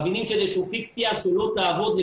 מבינים שזה איזושהי פיקציה שלא תעבוד.